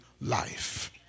life